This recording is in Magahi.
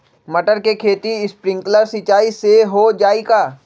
मटर के खेती स्प्रिंकलर सिंचाई से हो जाई का?